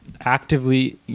actively